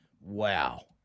wow